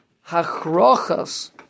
ha'chrochas